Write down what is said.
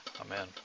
amen